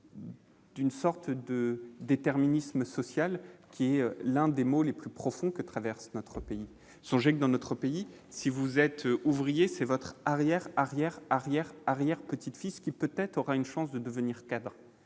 D'une sorte de déterminisme social qui est l'un des mots les plus profonds que traverse notre pays, songez que dans notre pays si vous êtes ouvrier c'est votre arrière arrière arrière arrière petite fille ce qui peut-être aura une chance de devenir cadre